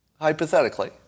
hypothetically